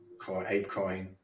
Apecoin